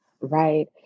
right